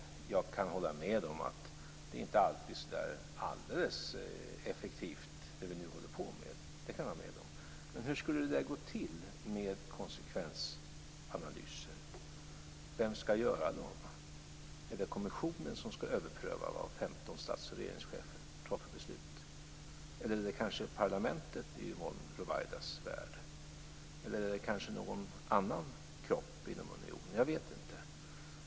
Jag kan hålla med om att det som vi håller på med inte alltid är så alldeles effektivt. Men hur skulle det gå till att göra konsekvensanalyser? Vem ska göra dem? Är det kommissionen som ska överpröva 15 stats och regeringschefers beslut? Är det kanske parlamentet som ska göra det i Yvonne Ruwaidas värld? Eller är det någon annan kropp inom unionen? Jag vet inte.